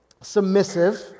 submissive